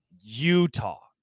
Utah